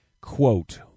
Quote